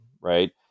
Right